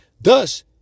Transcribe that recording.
Thus